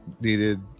needed